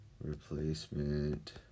Replacement